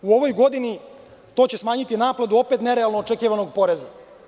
U ovoj godinu će smanjiti naplatu nerealno očekivanog poreza.